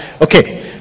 Okay